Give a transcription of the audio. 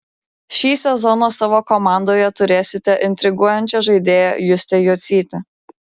šį sezoną savo komandoje turėsite intriguojančią žaidėją justę jocytę